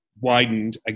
widened